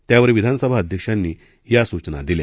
त्यावर विधानसभा अध्यक्षांनी या सूचना दिल्या